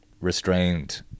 restrained